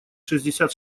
шестьдесят